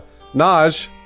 Naj